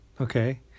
Okay